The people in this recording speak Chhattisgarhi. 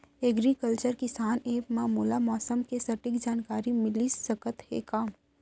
एग्रीकल्चर किसान एप मा मोला मौसम के सटीक जानकारी मिलिस सकत हे का?